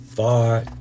Far